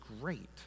great